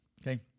Okay